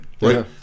right